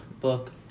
book